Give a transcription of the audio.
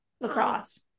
Lacrosse